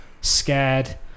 scared